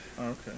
okay